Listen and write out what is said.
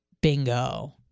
bingo